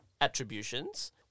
attributions